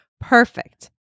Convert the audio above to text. Perfect